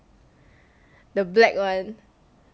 the black one